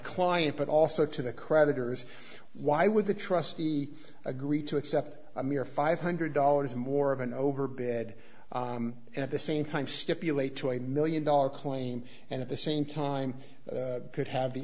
client but also to the creditors why would the trustee agree to accept a mere five hundred dollars more of an over bed at the same time stipulate to a million dollar claim and at the same time could have the